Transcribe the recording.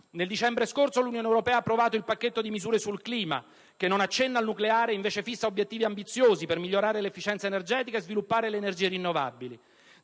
nel dicembre scorso l'Unione europea ha approvato il pacchetto di misure sul clima, che non accenna al nucleare e invece fissa obiettivi ambiziosi per migliorare l'efficienza energetica e sviluppare le energie rinnovabili.